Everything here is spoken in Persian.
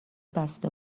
بسته